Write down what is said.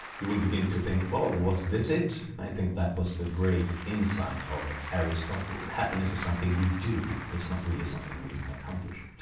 you will begin to think, well, was this it? i think that was the great insight of aristotle. happiness is something we do it's not really something we accomplish.